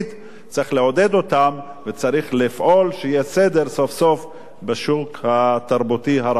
צריך לעודד אותם וצריך לפעול שיהיה סדר סוף-סוף בשוק התרבותי הרחב הזה.